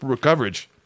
coverage